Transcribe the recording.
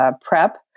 prep